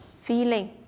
feeling